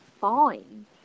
fine